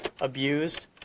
abused